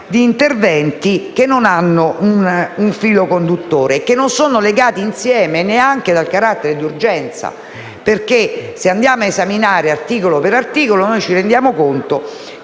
di interventi che non hanno un filo conduttore e non sono legati neanche dal carattere di urgenza. Se esaminiamo il testo articolo per articolo, ci rendiamo conto